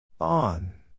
on